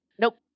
nope